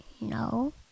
No